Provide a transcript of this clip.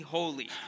holy